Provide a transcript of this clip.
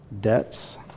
debts